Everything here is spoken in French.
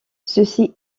ceci